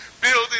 building